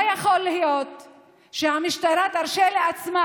לא יכול להיות שהמשטרה תרשה לעצמה,